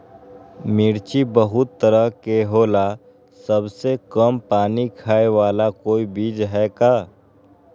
मिर्ची बहुत तरह के होला सबसे कम पानी खाए वाला कोई बीज है का?